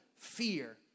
fear